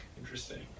interesting